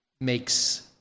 makes